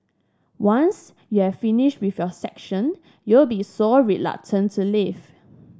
once you're finished with your session you'll be so reluctant to leave